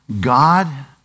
God